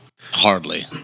hardly